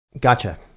Gotcha